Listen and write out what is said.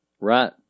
Right